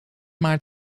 maar